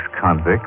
convict